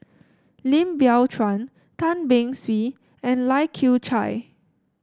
Lim Biow Chuan Tan Beng Swee and Lai Kew Chai